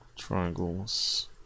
triangles